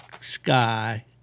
sky